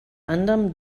anderem